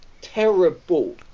terrible